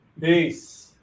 Peace